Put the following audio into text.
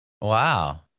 wow